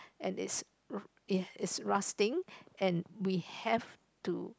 and it's it's rusting and we have to